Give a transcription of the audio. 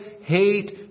hate